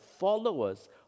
followers